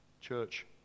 Church